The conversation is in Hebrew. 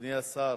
אדוני השר,